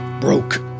broke